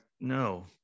no